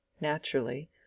Naturally